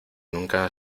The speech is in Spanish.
nunca